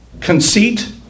conceit